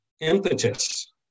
impetus